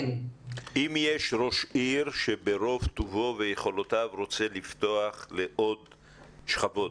אם יש ראש עיר שברוב טובו ויכולותיו רוצה לפתוח לעוד שכבות,